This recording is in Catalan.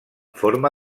forma